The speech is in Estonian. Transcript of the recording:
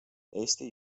eesti